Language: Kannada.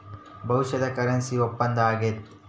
ಭವಿಷ್ಯದ ಕರೆನ್ಸಿ ಒಪ್ಪಂದ ಆಗೈತೆ